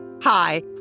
Hi